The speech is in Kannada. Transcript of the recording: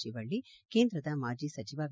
ಶಿವಳ್ಳಿ ಕೇಂದ್ರದ ಮಾಜಿ ಸಚಿವ ವಿ